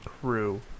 crew